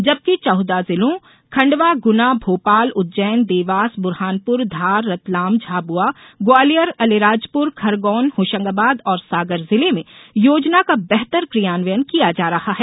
जबकि चौदह जिलों खंडवा गुना भोपाल उज्जैन देवास बुरहानपुर धार रतलाम झाबुआ ग्वालियर अलीराजपुर खरगौन होशगाबाद और सागर जिले में योजना का बेहतर कियान्वयन किया जा रहा है